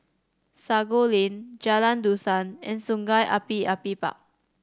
Sago Lane Jalan Dusan and Sungei Api Api Park